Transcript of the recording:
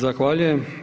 Zahvaljujem.